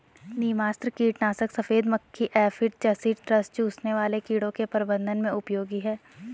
नीमास्त्र कीटनाशक सफेद मक्खी एफिड जसीड रस चूसने वाले कीड़ों के प्रबंधन में उपयोगी है